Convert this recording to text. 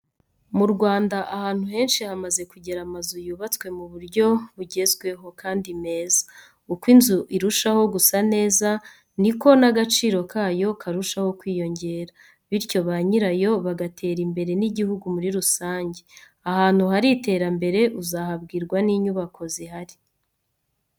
Mu Rwanda ahantu henshi hamaze kugera amazu yubatswe mu buryo bugezweho kandi meza. Uko inzu irushaho gusa neza ni ko n'agaciro kayo karushaho kwiyongera, bityo ba nyirayo bagatera imbere n'igihugu muri rusange. Ahantu hari iterambere uzahabwirwa n'inyubako zihari.